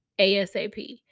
asap